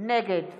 נגד